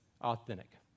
authentic